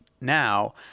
now